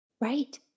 Right